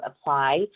apply